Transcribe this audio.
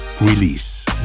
release